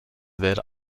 wäre